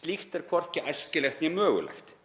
Slíkt er hvorki æskilegt né mögulegt.